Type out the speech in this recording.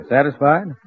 satisfied